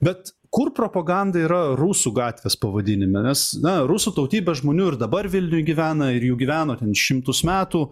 bet kur propaganda yra rusų gatvės pavadinime nes na rusų tautybės žmonių ir dabar vilniuj gyvena ir jų gyveno ten šimtus metų